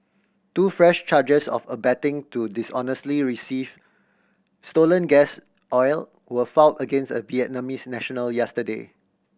two fresh charges of abetting to dishonestly receive stolen gas oil were filed against a Vietnamese national yesterday